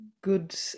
good